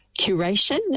curation